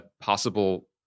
possible